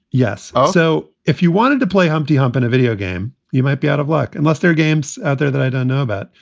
yes. so if you wanted to play humpty hump in a video game, you might be out of luck unless they're games, other than i don't know about.